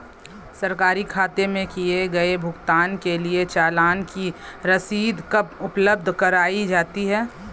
सरकारी खाते में किए गए भुगतान के लिए चालान की रसीद कब उपलब्ध कराईं जाती हैं?